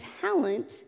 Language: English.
talent